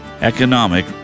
economic